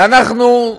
ואנחנו,